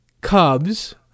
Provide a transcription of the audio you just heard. Cubs